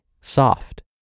soft